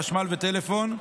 חשמל וטלפון,